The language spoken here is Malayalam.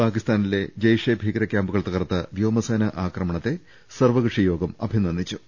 പാക്കിസ്ഥാനിലെ ജയ്ഷെ ഭീകര ക്യാംപുകൾ തകർത്ത വ്യോമസേന ആക്രമണത്തെ സർവകക്ഷി യോഗം അഭിനന്ദിച്ചു